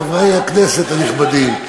חברי הכנסת הנכבדים,